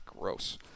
Gross